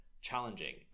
challenging